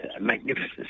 magnificent